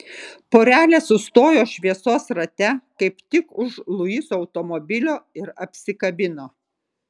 porelė sustojo šviesos rate kaip tik už luiso automobilio ir apsikabino